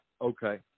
Okay